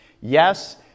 Yes